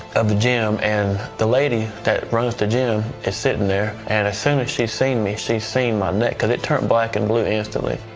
of the gym and the lady that runs the gym is sitting there and as soon as she seen me, she seen my neck it turned black and blue instantly.